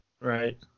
Right